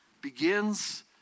begins